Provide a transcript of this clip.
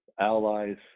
allies